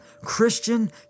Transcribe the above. Christian